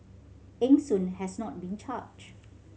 Eng Soon has not been charged